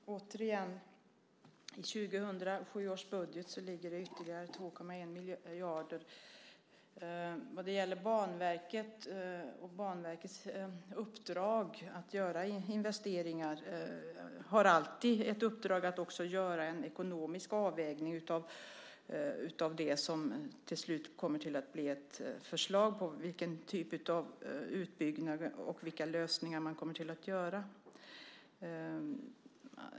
Herr talman! Återigen, i 2007 års budget ligger det ytterligare 2,1 miljarder som gäller Banverkets uppdrag att göra investeringar. Banverket har alltid i uppdrag att också göra en ekonomisk avvägning av det som till slut kommer att bli ett förslag till vilken typ av utbyggnad och vilka lösningar man kommer att välja.